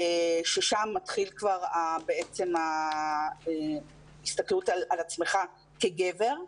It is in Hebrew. ששם מתחילה כבר בעצם ההסתכלות על עצמך כגבר.